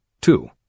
two